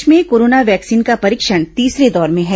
देश में corona vaccine का परीक्षण तीसरे दौर में है